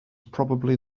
probably